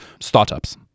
startups